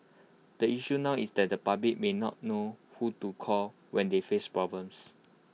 the issue now is that the public may not know who to call when they face problems